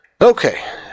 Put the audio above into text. Okay